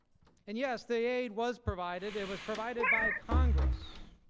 and yes, the aid was provided. and was provided by congress.